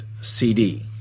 CD